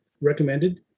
recommended